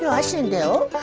i should